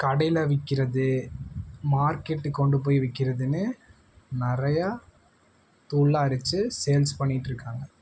கடையில் விற்கிறது மார்க்கெட்டுக்கு கொண்டு போய் விற்கிறதுன்னு நிறையா தூள்லாம் அரைச்சு சேல்ஸ் பண்ணிகிட்டுருக்காங்க